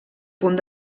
punt